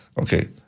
Okay